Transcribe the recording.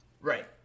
Right